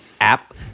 app